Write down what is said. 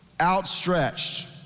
outstretched